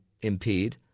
impede